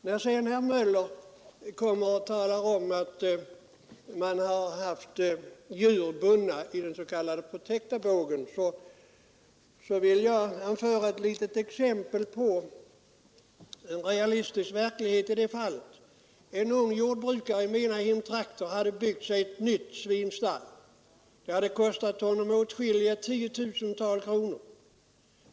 När sedan herr Möller talar om att man har haft djur bundna i den s.k. Protectabågen vill jag anföra ett litet exempel från verkligheten i det fallet. En ung jordbrukare i mina hemtrakter hade byggt sig ett nytt svinstall. Det hade kostat honom åtskilliga tiotusental kronor.